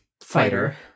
fighter